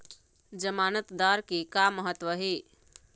जमानतदार के का महत्व हे?